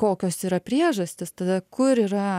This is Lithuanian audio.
kokios yra priežastys tada kur yra